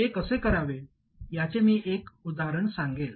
हे कसे करावे याचे मी एक उदाहरण सांगेन